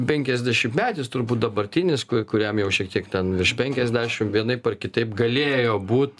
penkiasdešimtmetis turbūt dabartinis ku kuriam jau šiek tiek ten virš penkiasdešim vienaip ar kitaip galėjo būt